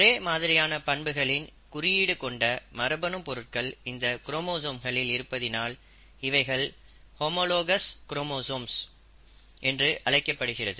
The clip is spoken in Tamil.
ஒரேமாதிரியான பண்புகளின் குறியீடு கொண்ட மரபணு பொருட்கள் இந்த குரோமோசோம்களில் இருப்பதினால் இவைகள் ஹோமோலாகஸ் குரோமோசோம்ஸ் என்று அழைக்கப்படுகிறது